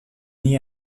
nie